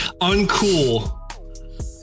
Uncool